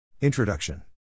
Introduction